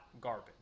garbage